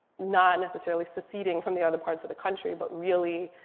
not necessarily seceding from the other parts of the country, but really